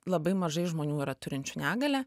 labai mažai žmonių yra turinčių negalią